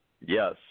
Yes